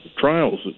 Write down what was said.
trials